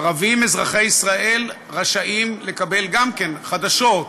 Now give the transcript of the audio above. ערבים אזרחי ישראל רשאים לקבל, גם כן, חדשות,